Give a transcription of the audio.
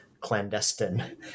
clandestine